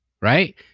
right